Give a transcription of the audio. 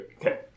Okay